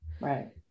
Right